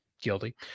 guilty